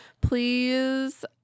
Please